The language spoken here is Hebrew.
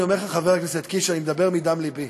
אני אומר לך, חבר הכנסת קיש, אני מדבר מדם לבי.